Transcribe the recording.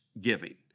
giving